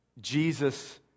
Jesus